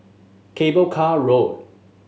Cable Car Road